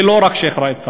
ולא רק שיח' ראאד סלאח.